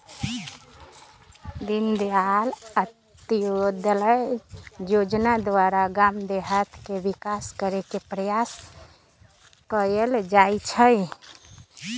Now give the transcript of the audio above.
दीनदयाल अंत्योदय जोजना द्वारा गाम देहात के विकास करे के प्रयास कएल जाइ छइ